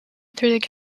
through